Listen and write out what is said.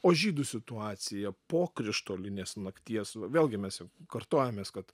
o žydų situacija po krištolinės nakties vėlgi mes kartojamės kad